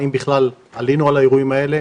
אם בכלל עלינו על האירועים האלה,